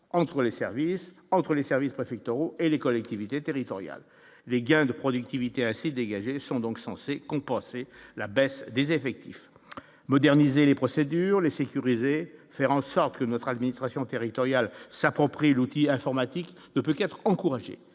entre les services préfectoraux et les collectivités territoriales, les gains de productivité ainsi dégagés sont donc censées compenser la baisse des effectifs : moderniser les procédures les sécuriser, faire en sorte que notre administration territoriale s'approprient l'outil informatique de plus quatre encourager,